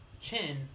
chin